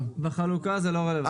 בחלוקה זה לא רלוונטי.